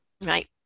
right